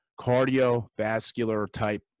cardiovascular-type